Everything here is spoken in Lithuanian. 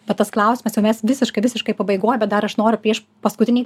va tas klausimas jau mes visiškai visiškai pabaigoj bet dar aš noriu prieš paskutinį